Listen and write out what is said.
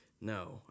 No